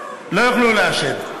לא יוכלו לעשן.